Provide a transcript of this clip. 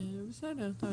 כן, בסדר.